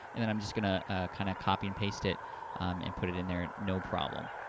and then i'm just gonna ah kind of copy and paste it and put it in there, no problem.